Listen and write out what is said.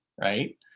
Right